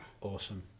Awesome